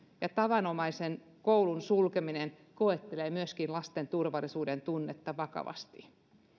ja tavanomaisen koulun sulkeminen koettelee myöskin lasten turvallisuudentunnetta vakavasti